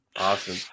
Awesome